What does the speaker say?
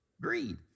greed